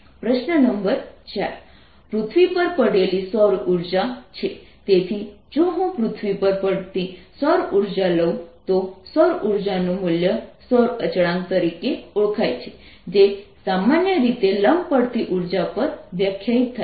પ્રશ્ન નંબર 4 પૃથ્વી પર પડેલી સૌર ઉર્જા છે તેથી જો હું પૃથ્વી પર પડતી સૌર ઉર્જા લઉં તો સૌર ઉર્જાનું મૂલ્ય સૌર અચળાંક તરીકે ઓળખાય છે જે સામાન્ય રીતે લંબ પડતી ઉર્જા પર વ્યાખ્યાયિત થાય છે